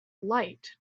light